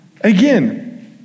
Again